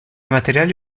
materiali